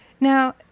Now